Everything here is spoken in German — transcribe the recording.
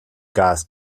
gas